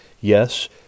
Yes